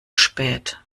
spät